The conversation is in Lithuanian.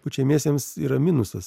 pučiamiesiems yra minusas